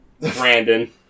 Brandon